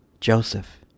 Joseph